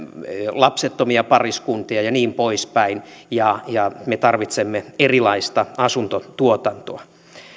lapsettomia pariskuntia ja niin poispäin ja ja me tarvitsemme erilaista asuntotuotantoa